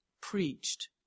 preached